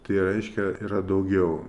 tai reiškia yra daugiau